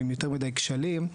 עם יותר מידי כשלים,